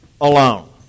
alone